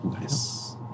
Nice